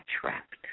trapped